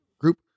group